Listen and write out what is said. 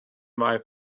white